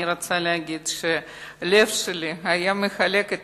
אני רוצה להגיד שהלב שלי היה מחלק את